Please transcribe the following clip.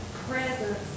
Presence